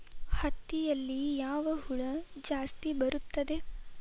ಹತ್ತಿಯಲ್ಲಿ ಯಾವ ಹುಳ ಜಾಸ್ತಿ ಬರುತ್ತದೆ?